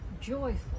joyful